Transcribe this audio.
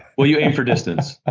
well you aim for distance